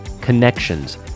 connections